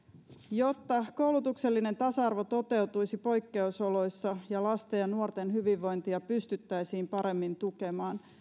jotta koulutuksellinen tasa arvo toteutuisi poikkeusoloissa ja lasten ja nuorten hyvinvointia pystyttäisiin paremmin tukemaan